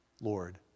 Lord